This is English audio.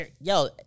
Yo